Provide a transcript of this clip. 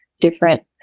different